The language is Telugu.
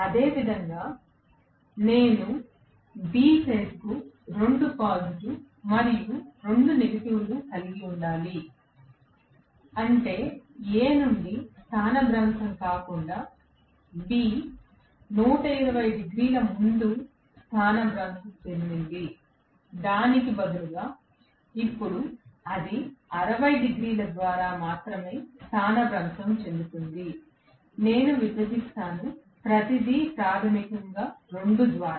అదేవిధంగా నేను B ఫేజ్కు 2 పాజిటివ్ మరియు 2 నెగటివ్ కలిగి ఉండాలి అంటే A నుండి స్థానభ్రంశం కాకుండా B 120 డిగ్రీల ముందు స్థానభ్రంశం చెందింది దానికి బదులుగా ఇప్పుడు అది 60 డిగ్రీల ద్వారా మాత్రమే స్థానభ్రంశం చెందుతుంది నేను విభజిస్తాను ప్రతిదీ ప్రాథమికంగా 2 ద్వారా